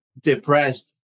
depressed